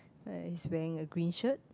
uh he's wearing a green shirt